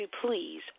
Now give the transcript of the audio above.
please